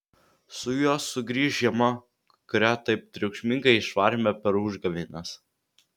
su juo sugrįš žiema kurią taip triukšmingai išvarėme per užgavėnes